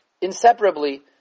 Inseparably